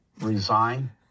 resign